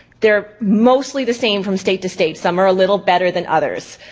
they're mostly the same from state to state. some are a little better than others.